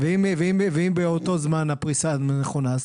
אם זה מקזז לו משש השנים אתם נותנים לו את ה-1,000 ומשהו